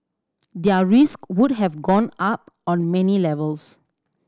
their risk would have gone up on many levels